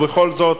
ובכל זאת,